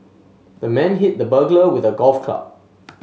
the man hit the burglar with a golf club